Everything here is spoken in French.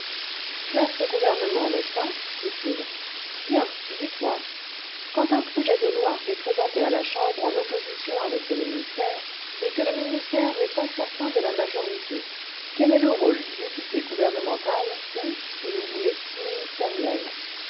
classe de gouvernement n'est-ce pas dit-il bien dites-moi quand un projet cle loi est présenté à la chambre en opposition avec le ministère et que le ministère n'est pas certain cle la majorité quel est le rôle du député gouvernemental ou si vous voulez ministériel